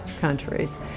countries